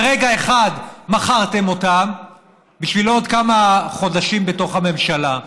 ברגע אחד מכרתם אותם בשביל עוד כמה חודשים בתוך הממשלה.